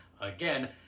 again